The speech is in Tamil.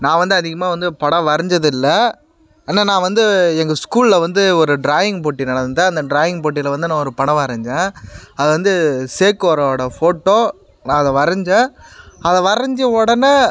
நான் வந்து அதிகமாக வந்து படம் வரைஞ்சதில்ல ஆனால் நான் வந்து எங்கள் ஸ்கூலில் வந்து ஒரு ட்ராயிங் போட்டி நடந்தது அந்த ட்ராயிங் போட்டியில் வந்து நான் ஒரு படம் வரைஞ்சேன் அது வந்து சேக்குவேரோட ஃபோட்டோ நான் அதை வரைஞ்சேன் அதை வரைஞ்ச உடனே